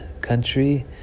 country